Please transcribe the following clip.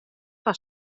fan